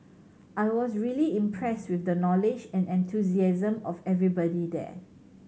I was really impressed with the knowledge and enthusiasm of everybody there